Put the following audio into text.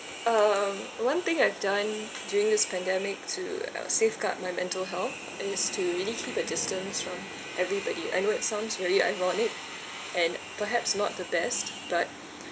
um one thing I've done during this pandemic to uh safeguard my mental health is to really keep a distance from everybody I know it sounds really ironic and perhaps not the best but